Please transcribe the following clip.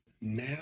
now